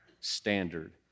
standard